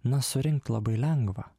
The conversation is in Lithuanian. na surinkt labai lengva